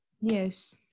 Yes